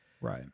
Right